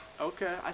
Okay